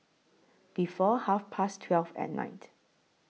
before Half Past twelve At Night